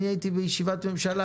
הייתי בישיבת ממשלה